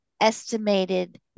estimated